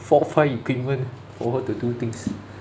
four five equipment over to do things